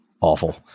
awful